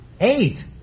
Eight